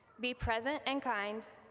be present and kind,